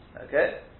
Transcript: Okay